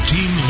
Team